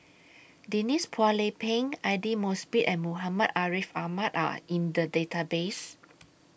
Denise Phua Lay Peng Aidli Mosbit and Muhammad Ariff Ahmad Are in The Database